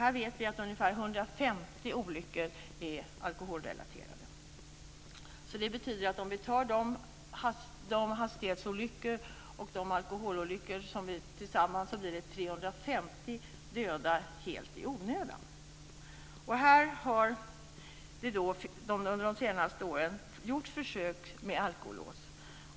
Vi vet att ungefär 150 olyckor är alkoholrelaterade. Det betyder att det när det gäller hastighetsolyckor och alkohololyckor tillsammans blir 350 döda helt i onödan. Under de senaste åren har det gjorts försök med alkolås.